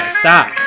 stop